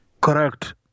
Correct